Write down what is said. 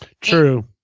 True